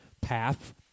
path